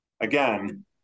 Again